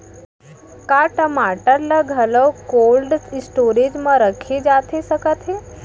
का टमाटर ला घलव कोल्ड स्टोरेज मा रखे जाथे सकत हे?